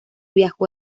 viajó